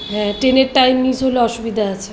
হ্যাঁ ট্রেনের time miss হলে অসুবিধা আছে